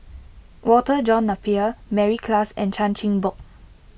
Walter John Napier Mary Klass and Chan Chin Bock